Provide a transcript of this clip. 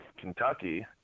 kentucky